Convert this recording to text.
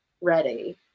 ready